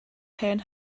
hen